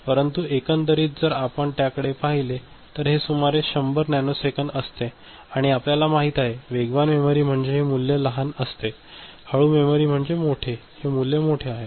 परंतु एकंदरीत जर आपण त्याकडे पाहिले तर हे सुमारे 100 नॅनोसेकंद असते आणि आपल्याला माहिती आहे वेगवान मेमरी म्हणजे हे मूल्य लहान असते हळू मेमरी म्हणजे मोठे हे मूल्य मोठे आहे